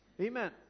Amen